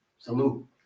salute